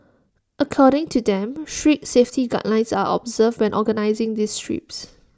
according to them strict safety guidelines are observed when organising these trips